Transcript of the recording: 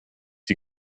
die